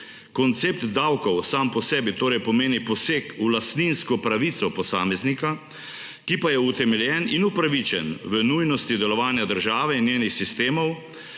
Koncept davkov sam po sebi torej pomeni poseg v lastninsko pravico posameznika, ki pa je utemeljen in upravičen v nujnosti delovanja države in njenih sistemov.